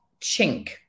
chink